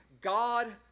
God